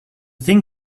thing